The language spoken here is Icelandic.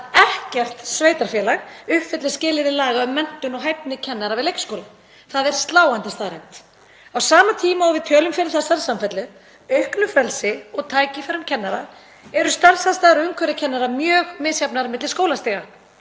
ekkert sveitarfélag uppfylli skilyrði laga um menntun og hæfni kennara við leikskóla. Það er sláandi staðreynd. Á sama tíma og við tölum fyrir þessari samfellu, auknu frelsi og tækifærum kennara, eru starfsaðstæður og umhverfi kennara mjög misjafnt milli skólastiga.